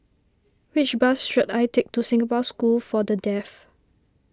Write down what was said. which bus should I take to Singapore School for the Deaf